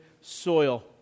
soil